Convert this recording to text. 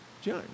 John